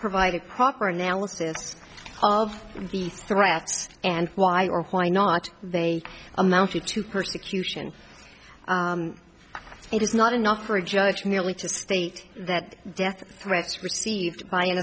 provide a proper analysis of the threats and why or why not they amounted to persecution it is not enough for a judge merely to state that death threats received